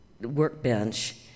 workbench